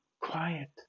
Quiet